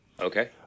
Okay